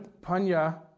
panya